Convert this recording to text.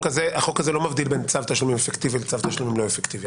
החוק הזה לא מבדיל בין צו תשלומים אפקטיבי לצו תשלומים לא אפקטיבי.